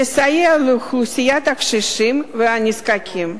לסייע לאוכלוסיית הקשישים והנזקקים.